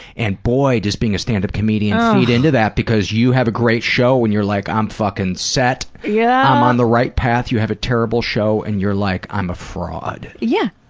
and boy, does being a stand-up comedian feed into that because you have a great show and you're like, i'm fucking set. yeah i'm on the right path. you have a terrible show and you're like, i'm a fraud. yeah.